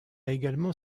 également